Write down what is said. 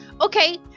Okay